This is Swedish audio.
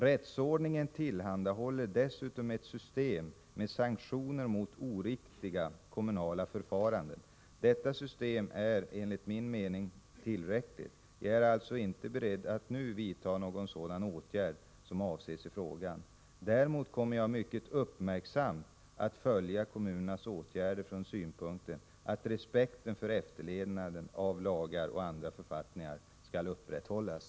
Rättsordningen tillhandahåller dessutom ett system med sanktioner mot oriktiga kommunala förfaranden. Detta system är enligt min mening tillräckligt. Jag är alltså inte beredd att nu vidta någon sådan åtgärd som avses i frågan. Däremot kommer jag mycket uppmärksamt att följa kommunernas åtgärder från synpunkten att respekten för efterlevnaden av lagar och författningar skall upprätthållas.